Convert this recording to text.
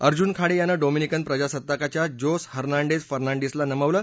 अर्जुन खाडे यांन डोमिनिकन प्रजासत्ताकाच्या Jose Hernandez फर्नांडिसला नमवलं